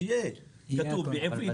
שיהיה כתוב בעברית,